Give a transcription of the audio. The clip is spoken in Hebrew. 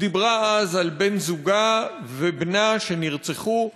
היא דיברה אז על בן-זוגה ובנה שנרצחו,